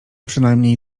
przynajmniej